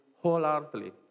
wholeheartedly